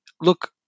look